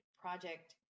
Project